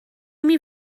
imi